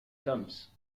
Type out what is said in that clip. dumps